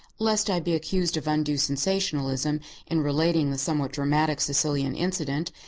lest i be accused of undue sensationalism in relating the somewhat dramatic sicilian incident,